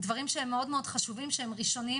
דברים שהם מאוד חשובים שהם ראשוניים